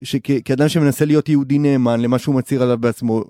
שכאדם שמנסה להיות יהודי נאמן למה שהוא מצהיר עליו בעצמו